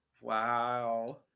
Wow